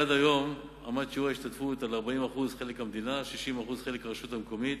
עד היום עמד שיעור ההשתתפות על 40% מהמדינה ו-60% מהרשות המקומית,